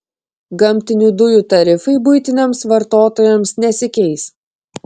gamtinių dujų tarifai buitiniams vartotojams nesikeis